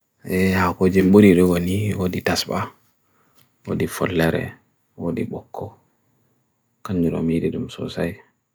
ʻe ʻakwaj jibwuri rwani, ʻodhi tasba, ʻodhi furlare, ʻodhi bwako, ʻkanyurwam ʻi ʻdi ʻdum sosae.